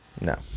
no